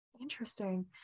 interesting